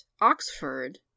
Oxford